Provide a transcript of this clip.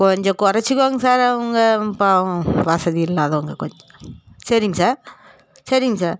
கொஞ்சம் கொறச்சிக்கோங்க சார் அவங்க பாவம் வசதியில்லாதவங்க கொஞ் சேரிங்க சார் சேரிங்க சார்